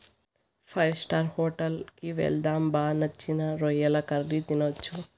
five star hotel కి వెళ్దాం బా నచ్చిన రొయ్యల కర్రీ తినొచ్చు